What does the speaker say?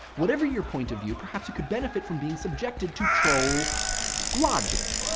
whatever your point of view, perhaps you could benefit from being subjected to troll logic.